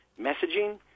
messaging